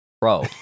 bro